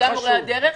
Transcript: מורי הדרך.